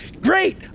great